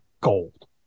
gold